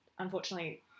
Unfortunately